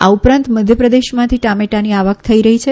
આ ઉપરાંત મધ્યપ્રદેશમાંથી ટમેટાની આવક થઇ રહી છે